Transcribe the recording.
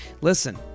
listen